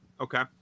Okay